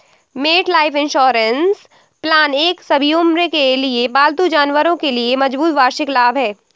MetLife insurance plan एक सभी उम्र के पालतू जानवरों के लिए मजबूत वार्षिक लाभ है